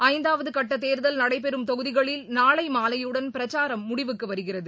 ஐந்தாவதுகட்டதேர்தல் நடைபெறும் தொகுதிகளில் நாளைமாலையுடன் பிரச்சாரம் முடிவுக்குவருகிறது